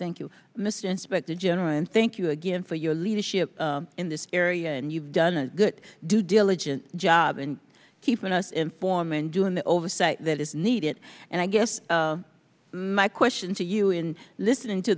thank you mr inspector general and thank you again for your leadership in this area and you've done a good due diligence job in keeping us informed and doing the oversight that is needed and i guess my question to you in listening to